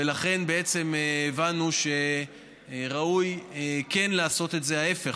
ולכן בעצם הבנו שראוי לעשות את זה ההפך.